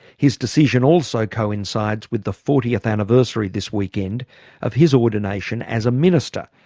his decision also coincides with the fortieth anniversary this weekend of his ordination as a minister,